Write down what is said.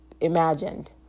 Imagined